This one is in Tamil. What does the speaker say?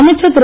அமைச்சர் திரு